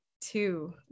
Two